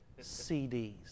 CDs